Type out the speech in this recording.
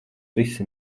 visi